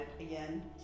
Again